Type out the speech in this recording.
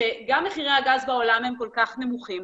כשגם מחירי הגז בעולם הם כל כך נמוכים,